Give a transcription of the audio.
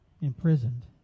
imprisoned